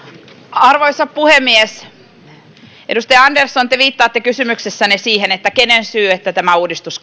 arvoisa puhemies edustaja andersson te viittaatte kysymyksessänne siihen että kenen syy on että tämä uudistus